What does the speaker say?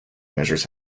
measures